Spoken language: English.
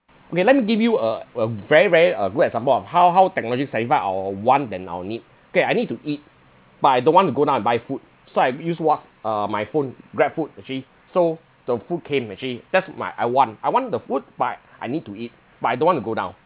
okay let me give you a a very very uh good example of how how technology satisfy our want and our need K I need to eat but I don't want to go down and buy food so I use what uh my phone grabfood actually so the food came actually that's my I want I want the food but I need to eat but I don't want to go down